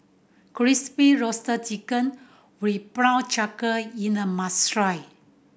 Crispy Roasted Chicken with prawn cracker must try